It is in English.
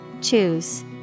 Choose